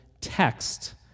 text